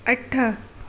अठ